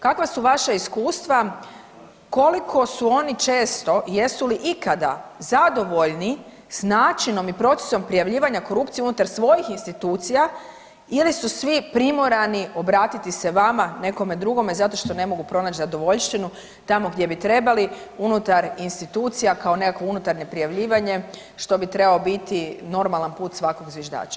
Kakva su vaša iskustava, koliko su oni često i jesu li ikada zadovoljni s načinom i procesom prijavljivanja korupcije unutar svojih institucija ili su svi primorani obratiti se vama, nekome drugome zato što ne mogu pronaći zadovoljštinu tamo gdje bi trebali, unutar institucija kao nekakvo unutarnje prijavljivanje što bi trebao biti normalan put svakog zviždača.